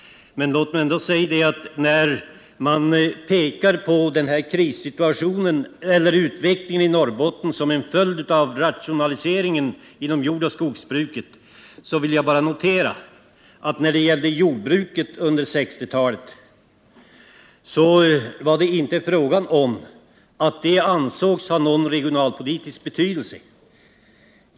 Men när man har pekat på utvecklingen i Norrbotten som en följd av rationaliseringen inom jordoch skogsbruket, vill jag notera att jordbruket där under 1960-talet inte ansågs ha någon regionalpolitisk betydelse.